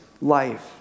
life